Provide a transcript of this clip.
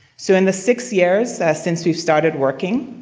so in the six years since we've started working,